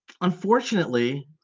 unfortunately